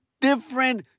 different